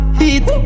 heat